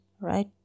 right